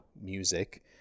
music